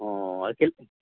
ꯑꯣ